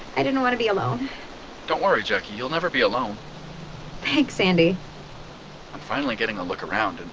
i didn't want to be alone don't worry, jacki. you'll never be alone thanks, andi i'm finally getting a look around, and